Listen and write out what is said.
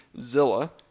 Zilla